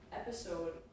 episode